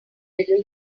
little